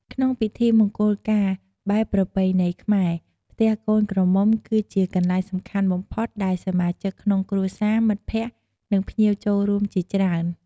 ក្នុងពិធីមង្គលការបែបប្រពៃណីខ្មែរ ផ្ទះកូនក្រមុំ គឺជាកន្លែងសំខាន់បំផុតដែលសមាជិកក្នុងគ្រួសារ មិត្តភក្តិ និងភ្ញៀវចូលរួមជាច្រើន។